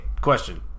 question